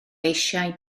eisiau